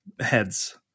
heads